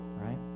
right